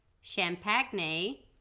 champagne